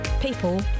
People